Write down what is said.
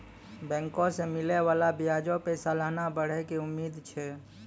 बैंको से मिलै बाला ब्याजो पे सलाना बढ़ै के उम्मीद छै